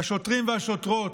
השוטרים והשוטרות,